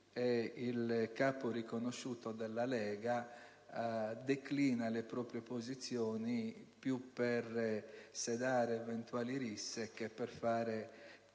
ed il capo riconosciuto della Lega, declina le proprie posizioni più per sedare eventuali risse che non per fare